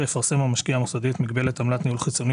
יפרסם המשקיע המוסדי את מגבלת עמלת ניהול חיצוני